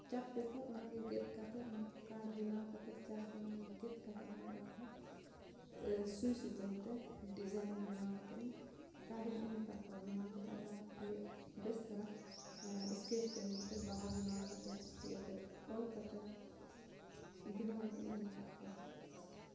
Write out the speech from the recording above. ᱪᱟᱠ paper ᱚᱱᱟᱜᱮ ᱜᱮᱫ ᱠᱟᱛᱮᱫ ᱚᱱᱟ ᱠᱟᱨᱰ ᱵᱮᱱᱟᱣ ᱠᱟᱛᱮᱫ ᱪᱟᱨ ᱠᱳᱱᱟ ᱜᱮᱫ ᱠᱟᱛᱮᱫ ᱚᱱᱟ ᱟᱨᱦᱚᱸ ᱥᱩᱭ ᱥᱩᱛᱟᱹᱢᱛᱮ ᱰᱤᱡᱟᱭᱤᱱ ᱵᱮᱱᱟᱣ ᱠᱟᱛᱮᱫ ᱤᱧ ᱠᱟᱨᱰ ᱤᱧ ᱮᱢ ᱟᱠᱟᱫ ᱠᱚᱣᱟ ᱵᱮᱱᱟᱣ ᱠᱟᱛᱮᱫ ᱚᱱᱟ ᱤᱭᱟᱹ ᱵᱮᱥ ᱫᱷᱟᱨᱟ ᱥᱠᱮᱪ ᱯᱮᱱ ᱠᱚᱛᱮ ᱵᱟᱦᱟ ᱵᱮᱱᱟᱣ ᱠᱟᱛᱮᱫ ᱭᱟ ᱯᱷᱤᱨ ᱚᱞ ᱠᱟᱛᱮᱫ ᱵᱮᱱᱟᱣ ᱠᱟᱹᱛᱤᱧ ᱮᱢ ᱟᱠᱟᱫ ᱠᱚᱣᱟ